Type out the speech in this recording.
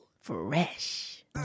Fresh